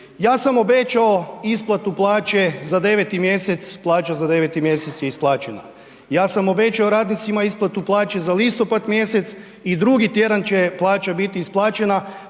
Ja sam obećao isplatu plaće za 9. mjesec, plaća za 9. mjesec je isplaćena ja sam obećao radnicima isplatu plaće za listopad mjesec i drugi tjedan će plaća biti isplaćena